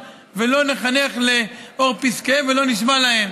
ולא נחנך לאור פסקיהם ולא נשמע להם.